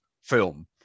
film